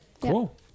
cool